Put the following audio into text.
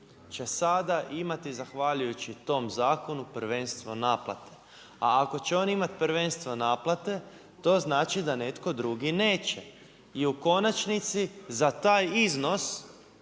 će sada imati zahvaljujući tom zakonu, prvenstvo naplate. A ako će oni imati prvenstvo naplate, to znači da netko drugi neće. I u konačnici za taj iznos